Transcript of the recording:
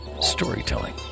storytelling